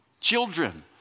children